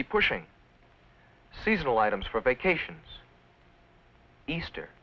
be pushing seasonal items for vacations easter